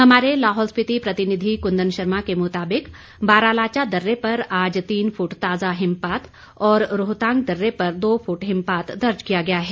हमारे लाहौल स्पिति प्रतिनिधि कुंदन शर्मा के मुताबिक बारालाचा दर्रे पर आज तीन फुट ताजा हिमपात और रोहतांग दर्रे पर दो फुट हिमपात दर्ज किया गया है